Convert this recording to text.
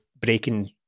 breaking